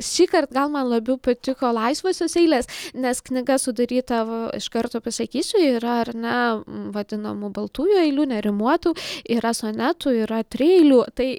šįkart gal man labiau patiko laisvosios eilės nes knyga sudaryta v iš karto pasakysiu yra ar ne vadinamų baltųjų eilių nerimuotų yra sonetų yra trieilių tai